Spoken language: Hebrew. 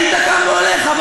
היית קם והולך.